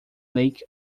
lake